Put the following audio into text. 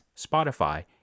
Spotify